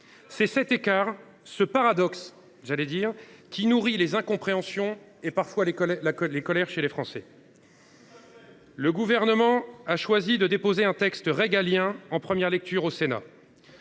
C’est cet écart, ce paradoxe, qui nourrit les incompréhensions et parfois les colères chez les Français. Tout à fait ! Le Gouvernement a choisi de déposer un texte régalien en première lecture au Sénat.